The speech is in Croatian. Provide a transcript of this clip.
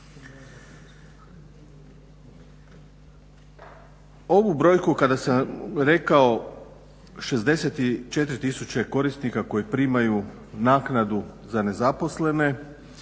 Ovu brojku kada sam rekao 64 tisuće korisnika koji primaju naknadu za nezaposlene